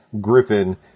Griffin